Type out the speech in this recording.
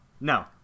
no